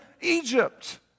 Egypt